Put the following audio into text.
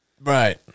right